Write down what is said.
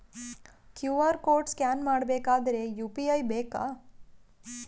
QR code scan ಮಾಡಬೇಕಾದರೆ UPI ಬೇಕಾ?